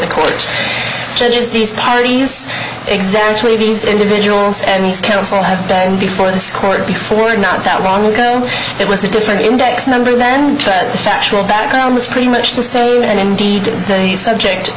the court judges these parties exactly these individuals and these counsel have before this court before not that long ago it was a different index number than the factual background was pretty much the same and indeed the subject